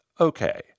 Okay